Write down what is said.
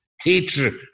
teacher